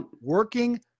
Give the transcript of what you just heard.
working